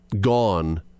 gone